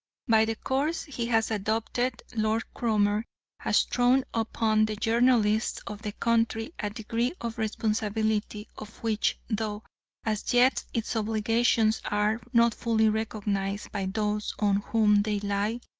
by the course he has adopted lord cromer has thrown upon the journalists of the country a degree of responsibility of which, though as yet its obligations are not fully recognised by those on whom they lie,